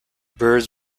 birds